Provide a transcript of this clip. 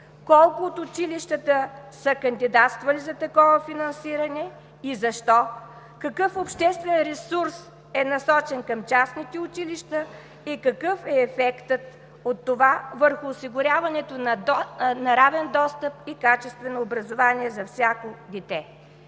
колко от училищата са кандидатствали за такова финансиране и защо; какъв обществен ресурс е насочен към частните училища и какъв е ефектът от това върху осигуряването на равен достъп и качествено образование за всяко дете.